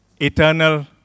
eternal